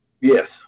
Yes